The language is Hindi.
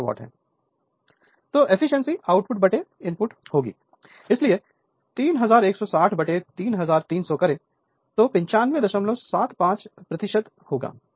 Refer Slide Time 0842 तो एफिशिएंसी आउटपुट इनपुट outputinput होगी इसलिए 31603300 9575 होगी